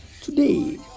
Today